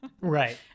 Right